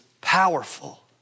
powerful